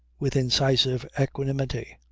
with incisive equanimity.